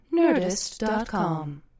Nerdist.com